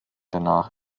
danach